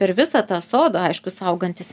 per visą tą sodą aišku saugantis